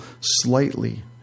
slightly